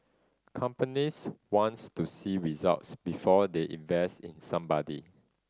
companies wants to see results before they invest in somebody